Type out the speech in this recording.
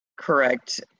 Correct